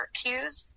cues